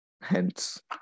hence